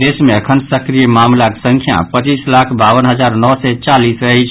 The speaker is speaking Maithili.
देश मे अखन सक्रिय मामिलाक संख्या पच्चीस लाख बावन हजार नओ सय चालीस अछि